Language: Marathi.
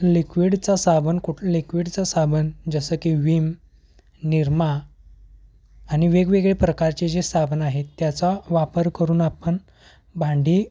लिक्विडचं साबण कुठलं लिक्विडचं साबण जसं की विम निरमा नि वेगवेगळे प्रकारचे जे साबण आहेत त्याचा वापर करून आपण भांडी